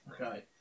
Okay